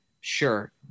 Sure